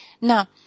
Now